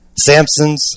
Samson's